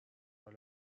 حال